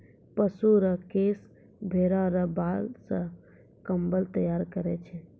पशु रो केश भेड़ा रो बाल से कम्मल तैयार करै छै